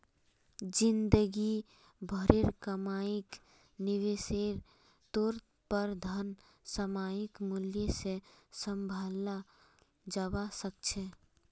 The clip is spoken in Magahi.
जिंदगी भरेर कमाईक निवेशेर तौर पर धन सामयिक मूल्य से सम्भालाल जवा सक छे